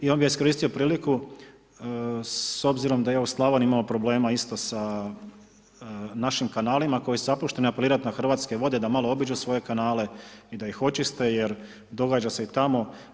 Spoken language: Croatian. I ja bi iskoristio priliku s obzirom da evo Slavonija imala problema isto sa našim kanalima koje su zapuštene, apelirati na Hrvatske vode, da malo obiđu svoje kanale, da ih očiste, jer događa se i tamo.